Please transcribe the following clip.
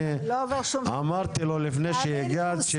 אני אמרתי לו לפני שהגעת לא עובר שום שינויים,